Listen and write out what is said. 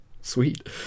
sweet